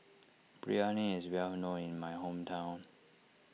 Biryani is well known in my hometown